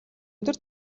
өдөр